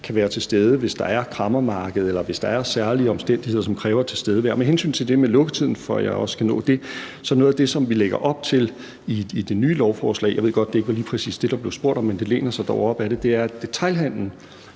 kan være til stede, hvis der er kræmmermarked, eller hvis der er særlige omstændigheder, som kræver tilstedevær. Med hensyn til det med lukketiden, for at jeg også skal nå det, er noget af det, som vi lægger op til i det nye lovforslag – jeg ved godt, det ikke var lige præcis det, der blev spurgt om, men det læner sig dog op ad det – at detailhandelen